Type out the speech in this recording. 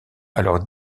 alors